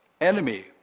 Enemy